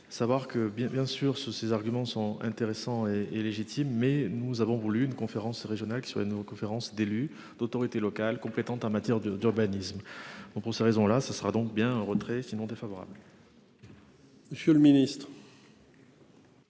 savoir que bien bien sûr se ces arguments sont intéressants et et légitime, mais nous avons voulu une conférence régionale sur une conférence d'élus d'autorités locales compétentes en matière de d'urbanisme. Pour ces raisons là ce sera donc bien un retrait sinon défavorable. Monsieur le ministre.